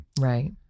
right